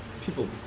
people